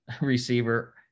receiver